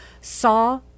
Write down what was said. saw